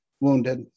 wounded